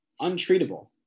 untreatable